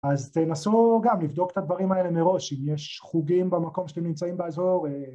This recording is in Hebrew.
אז תנסו גם לבדוק את הדברים האלה מראש, אם יש חוגים במקום שאתם נמצאים באזור.